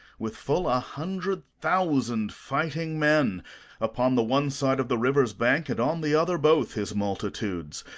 with full a hundred thousand fighting men upon the one side of the river's bank and on the other both, his multitudes.